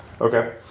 Okay